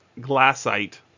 glassite